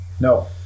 no